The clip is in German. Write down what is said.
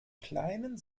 kleinen